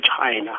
China